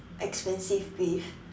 expensive beef